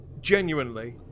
genuinely